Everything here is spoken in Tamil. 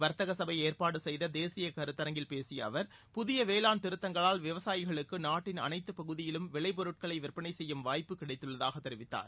வர்த்தக ச்ளப ஏற்பாடு செய்த தேசிய கருத்தரங்கில் பேசிய அவர் புதிய வேளான் திருத்தங்களால் விவசாயிகளுக்கு நாட்டின் அனைத்து பகுதியிலும் விளைப்பொருட்களை விற்பனை செய்யும் வாய்ப்பு கிடைத்துள்ளதாக தெரிவித்தார்